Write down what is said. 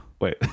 Wait